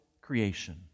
creation